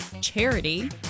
charity